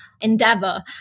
endeavor